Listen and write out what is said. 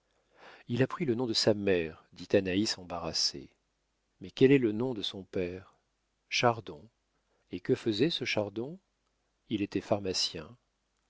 il a pris le nom de sa mère dit anaïs embarrassée mais quel est le nom de son père chardon et que faisait ce chardon il était pharmacien